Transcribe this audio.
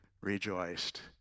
rejoiced